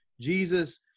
Jesus